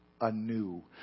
anew